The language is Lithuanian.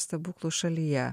stebuklų šalyje